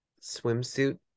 swimsuit